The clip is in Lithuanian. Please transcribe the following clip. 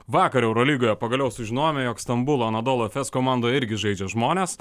vakar eurolygoje pagaliau sužinojome jog stambulo anadolu efes komandoj irgi žaidžia žmonės